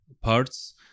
parts